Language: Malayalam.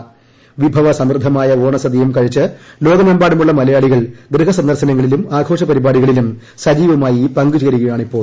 ഇന്ന് വിഭവസമൃദ്ധമായ ഓണസദ്യയും കഴിച്ച് ലോകമെമ്പാടുമുള്ള മലയാളികൾ ഗൃഹസന്ദർശനങ്ങളിലും ആഘോഷപരിപടികളിലും സജീവമായി പങ്കുചേരുകയാണിപ്പോൾ